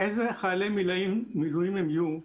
איזה חיילי מילואים הם יהיו,